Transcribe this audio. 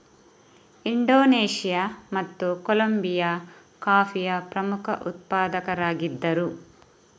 Indonesia ಮತ್ತು Colombia ಕಾಫಿಯ ಪ್ರಮುಖ ಉತ್ಪಾದಕರಾಗಿದ್ದರು